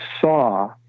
saw